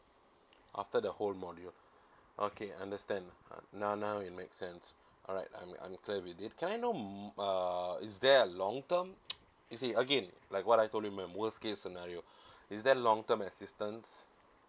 after the whole module okay understand now now it makes sense alright I'm I'm clear with it can I know more uh is there a long term is it again what I told my worst case scenario is there long term assistance